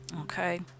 Okay